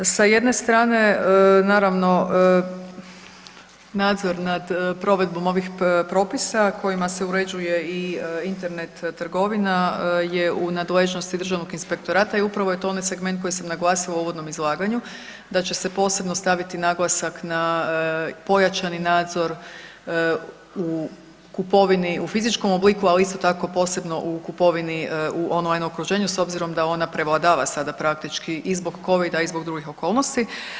Sa jedne strane naravno nadzor nad provedbom ovih propisa kojima se uređuje i Internet trgovina je u nadležnosti državnog inspektorata i upravo je to onaj segment koji sam naglasila u uvodnom izlaganju da će se posebno staviti naglasak na pojačani nadzor u kupovini u fizičkom obliku, ali isto tako posebno u kupovini u online okruženju s obzirom da ona prevladava sada praktički i zbog covida i zbog drugih okolnosti.